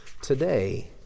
today